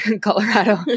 Colorado